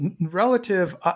relative